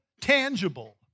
tangible